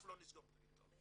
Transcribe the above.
אנחנו לא נסגור את העיתון.